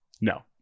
No